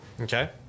Okay